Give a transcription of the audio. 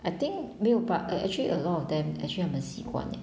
I think 没有 but eh actually a lot of them actually 他们习惯 eh